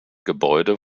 gebäude